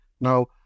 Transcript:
now